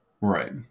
Right